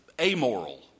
amoral